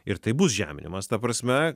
ir tai bus žeminimas ta prasme